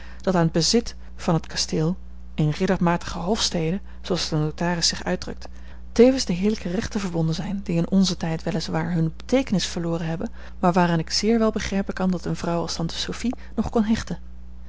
dat aan t bezit van het kasteel eene riddermatige hofstede zooals de notaris zich uitdrukt tevens de heerlijke rechten verbonden zijn die in nzen tijd wel is waar hunne beteekenis verloren hebben maar waaraan ik zeer wel begrijpen kan dat eene vrouw als tante sophie nog kon hechten